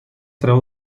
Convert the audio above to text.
treu